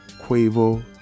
quavo